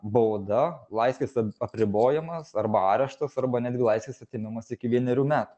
bauda laisvės apribojimas arba areštas arba netgi laisvės atėmimas iki vienerių met